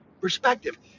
perspective